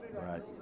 Right